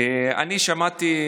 שמעתי,